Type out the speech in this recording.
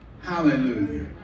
Hallelujah